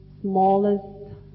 smallest